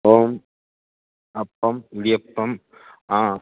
അപ്പോൾ അപ്പം ഇടിയപ്പം